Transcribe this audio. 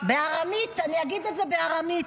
אני אגיד את זה בארמית: